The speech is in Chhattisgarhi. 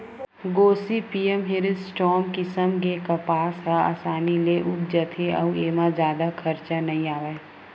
गोसिपीयम हिरस्यूटॅम किसम के कपसा ह असानी ले उग जाथे अउ एमा जादा खरचा नइ आवय